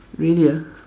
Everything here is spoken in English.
really ah